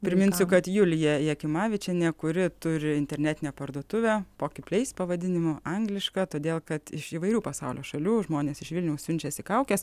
priminsiu kad julija jakimavičienė kuri turi internetinę parduotuvę pokipleis pavadinimu anglišką todė kad iš įvairių pasaulio šalių žmonės iš vilniaus siunčiasi kaukes